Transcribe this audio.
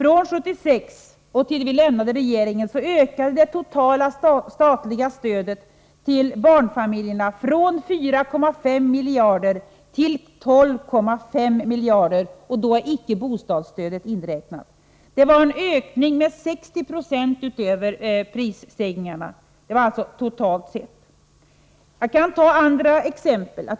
Från 1976 till det vi lämnade regeringen ökade det totala statliga stödet till barnfamiljerna från 4,5 miljarder kronor till 12,5 miljarder kronor. Då är inte bostadsstödet inräknat. Det var en ökning med 60 96 utöver prisstegringarna totalt sett. Jag kan ta andra exempel.